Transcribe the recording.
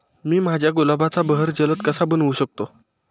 मी माझ्या गुलाबाचा बहर जलद कसा बनवू शकतो?